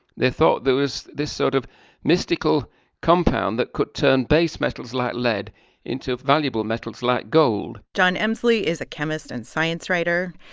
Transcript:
they thought there was this sort of mystical compound that could turn base metals like lead into valuable metals like gold john emsley is a chemist and science writer.